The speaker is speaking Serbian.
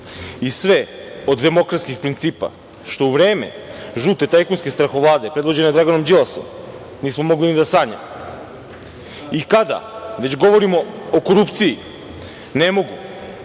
i sve od demokratskih principa, što u vreme žute tajkunske strahovlade, predvođene Draganom Đilasom, nismo mogli ni da sanjamo. I kada već govorimo o korupciji ne mogu